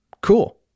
cool